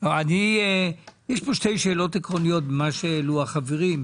פה שתי שאלות עקרוניות ממה שהעלו החברים,